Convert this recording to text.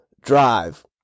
Drive